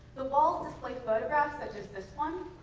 the walls display photograph such as this one